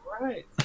Right